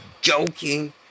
joking